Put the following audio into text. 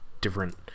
different